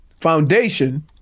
foundation